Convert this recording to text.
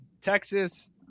Texas